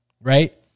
right